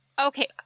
Okay